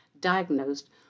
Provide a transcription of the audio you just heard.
diagnosed